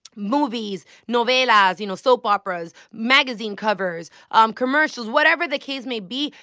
movies, novellas, you know, soap operas, magazine covers, um commercials, whatever the case may be,